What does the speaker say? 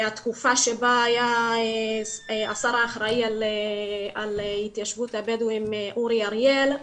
התקופה שבה השר האחראי על התיישבות הבדואים היה אורי אריאל,